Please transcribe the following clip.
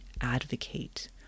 advocate